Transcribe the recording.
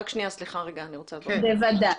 בוודאי.